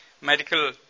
medical